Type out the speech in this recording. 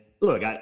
look